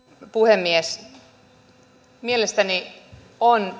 puhemies mielestäni on